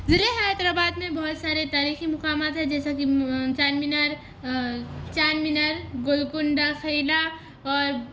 ضلعے حیدرآباد میں بہت سارے تاریخی مقامات ہے جیسا کہ چار مینار چارمینار گولکنڈہ قیلا اور